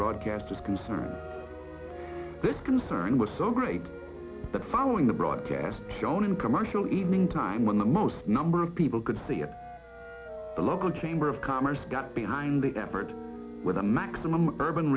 broadcasters concerned this concern was so great that following the broadcast shown in commercial evening time when the most number of people could see it the local chamber of commerce got behind the effort with a maximum urban